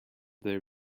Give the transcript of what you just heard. their